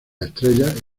estrellas